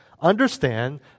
understand